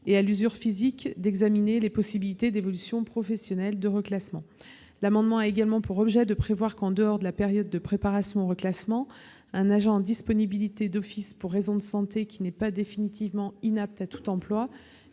et à l'usure physique, et d'examiner les possibilités d'évolution professionnelle ou de reclassement. Il a également pour objet de prévoir que, en dehors de la période de préparation au reclassement, un agent en disponibilité d'office pour raison de santé qui n'est pas définitivement inapte à tout emploi